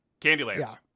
Candyland